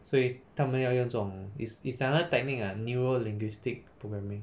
所以他们要用种 it's it's another technique lah neuro-linguistic programming